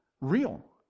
real